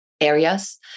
areas